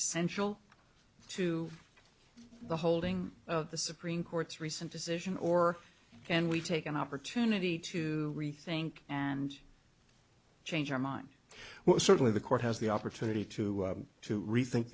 essential to the holding of the supreme court's recent decision or can we take an opportunity to rethink and change our mind well certainly the court has the opportunity to to rethink